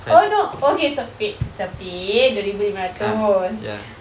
oh no okay so wait her pay dua ribu lima ratus